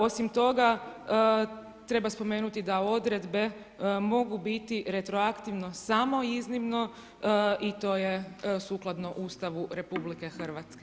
Osim toga treba spomenuti da odredbe mogu biti retroaktivno i samo iznimno i to je sukladno Ustavu RH.